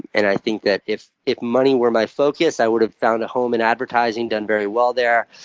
and i think that if if money were my focus, i would've found a home in advertising, done very well there,